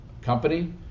company